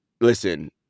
listen